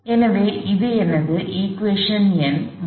இதுவே எனது சமன்பாடு எண் 3